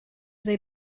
they